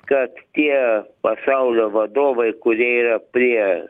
kad tie pasaulio vadovai kurie yra prie